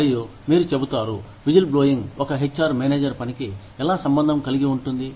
మరియు మీరు చెబుతారు విజిల్ బ్లోయింగ్ ఒక హెచ్ ఆర్ మేనేజర్ పనికి ఎలా సంబంధం కలిగి ఉంటుంది